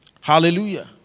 Hallelujah